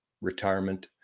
retirement